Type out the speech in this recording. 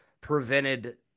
prevented